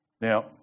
Now